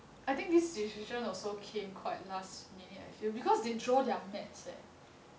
I think this decision also came quite last minute I feel because they draw their mats eh